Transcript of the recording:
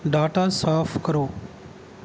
data ਸਾਫ਼ ਕਰੋ